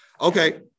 Okay